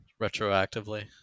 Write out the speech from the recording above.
retroactively